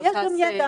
אבל יש גם ידע